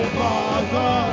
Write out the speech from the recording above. father